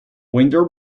winter